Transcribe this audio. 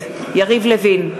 יריב לוין,